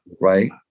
right